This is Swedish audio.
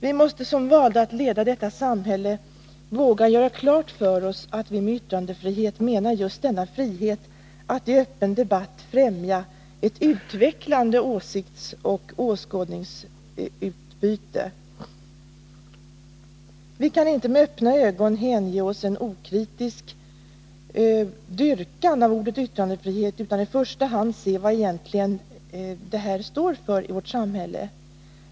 Vi måste som valda att leda detta samhälle våga göra klart för oss att vi med yttrandefrihet menar just denna frihet, och vi måste i öppen debatt främja ett utvecklande åsiktsoch åskådningsutbyte. Vi kan inte med öppna ögon hänge oss åt en okritisk dyrkan av ordet yttrandefrihet, utan i första hand se vad det egentligen står för i vårt samhälle.